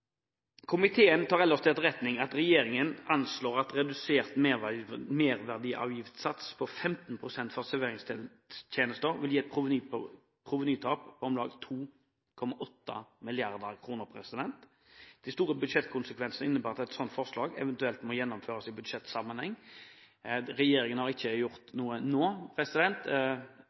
Komiteen tar ellers til etterretning at regjeringen anslår at redusert merverdiavgiftssats på 15 pst. for serveringstjenester vil gi et provenytap på om lag 2,8 mrd. kr. De store budsjettkonsekvensene innebærer at et slikt forslag eventuelt må gjennomføres i budsjettsammenheng. Regjeringen har ikke gjort noe nå,